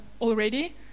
already